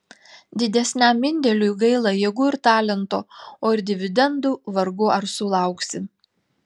didesniam indėliui gaila jėgų ir talento o ir dividendų vargu ar sulauksi